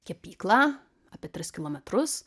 kepyklą apie tris kilometrus